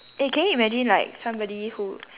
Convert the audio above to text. eh can you imagine like somebody who